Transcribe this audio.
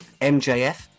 MJF